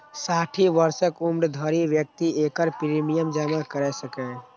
साठि वर्षक उम्र धरि व्यक्ति एकर प्रीमियम जमा कैर सकैए